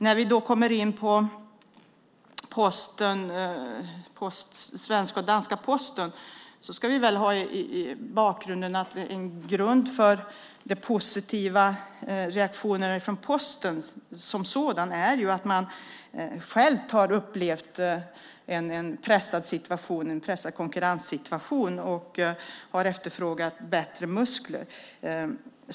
När det gäller den svenska och den danska posten ska vi ha med oss bakgrunden att en grund för de positiva reaktionerna från Posten som sådan är att man själv har upplevt en pressad konkurrenssituation och har efterfrågat bättre muskler.